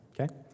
okay